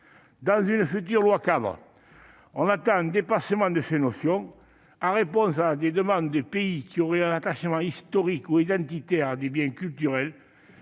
Dans une future loi-cadre, on attend un dépassement de ces notions. En réponse à des demandes de pays qui auraient un attachement historique ou identitaire à des biens culturels,